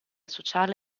sociale